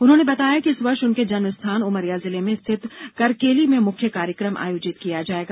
उन्होंने बताया कि इस वर्ष उनके जन्म स्थान उमरिया जिले में स्थित करकेली में मुख्य कार्यक्रम आयोजित किया जाएगा